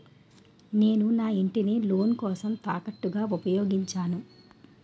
నేను నా ఇంటిని లోన్ కోసం తాకట్టుగా ఉపయోగించాను